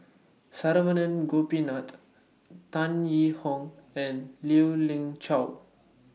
Saravanan Gopinathan Tan Yee Hong and Lien Ying Chow